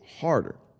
harder